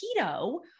keto